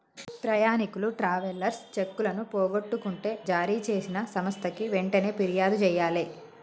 ప్రయాణీకులు ట్రావెలర్స్ చెక్కులను పోగొట్టుకుంటే జారీచేసిన సంస్థకి వెంటనే పిర్యాదు జెయ్యాలే